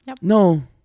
No